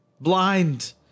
blind